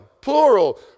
Plural